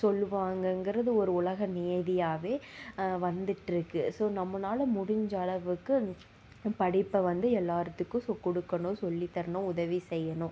சொல்வாங்கங்குறது ஒரு உலக நியதியாகவே வந்துட்டுருக்கு ஸோ நம்மளால முடிஞ்ச அளவுக்கு படிப்பை வந்து எல்லாத்துக்கும் கொடுக்கணும் சொல்லித் தரணும் உதவி செய்யணும்